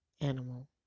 animal